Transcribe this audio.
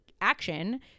action